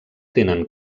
tenen